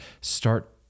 start